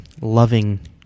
loving